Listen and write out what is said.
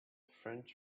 french